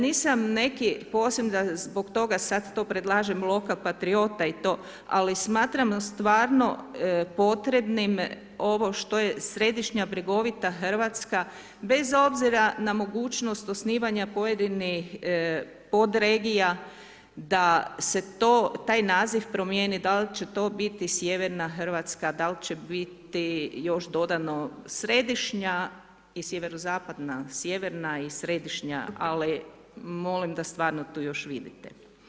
Nisam neki posebni, zbog toga sad to predlažem loka patriota i to, ali smatram stvarno potrebnim ovo što je središnja brjegovita Hrvatska, bez obzira na mogućnost osnivanja pojedinih pod regija da se taj naziv promijeni, da li će to biti sjeverna Hrvatska, da li će biti još dodano središnja i SZ, sjeverna i središnja, ali molim da stvarno to još vidite.